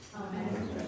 Amen